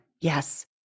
Yes